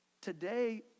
today